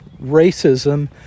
racism